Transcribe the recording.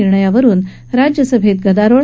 निर्णयावरुन राज्यसभेत गदारोळ